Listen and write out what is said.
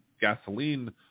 gasoline